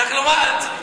צריך לומר את זה.